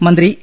മന്ത്രി എ